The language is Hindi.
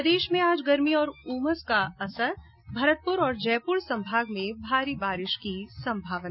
प्रदेश में आज गर्मी और उमस का असर भरतपुर और जयपुर संभाग में भारी बारिश की संभावना